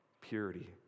purity